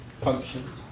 function